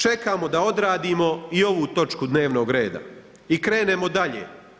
Čekamo da odradimo i ovu točku dnevnog reda i krenemo dalje.